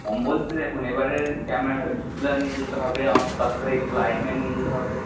কম বলছি দেখুন এবারে ক্যামেরাটা নিয়ে যেতে হবে আমাকে তার সাথে এক্সট্রা লাইটম্যান নিয়ে যেতে হবে